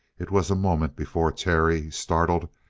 it was a moment before terry, startled,